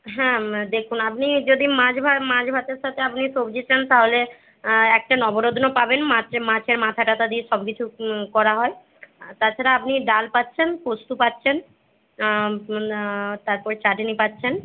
হ্যাঁ দেখুন আপনি যদি মাছ মাছ ভাতের সাথে আপনি সবজি চান তাহলে একটা নবরত্ন পাবেন মাছের মাছের মাথা টাথা দিয়ে সব কিছু করা হয় তাছাড়া আপনি ডাল পাচ্ছেন পোস্ত পাচ্ছেন তারপরে চাটনি পাচ্ছেন